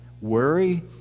Worry